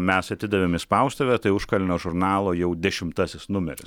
mes atidavėm į spaustuvę tai užkalnio žurnalo jau dešimtasis numeris